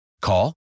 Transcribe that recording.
Call